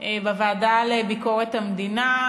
בוועדה לביקורת המדינה,